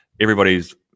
everybody's